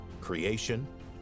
creation